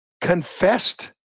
confessed